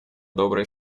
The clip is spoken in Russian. добрые